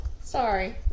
Sorry